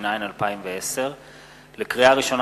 התש"ע 2010. לקריאה ראשונה,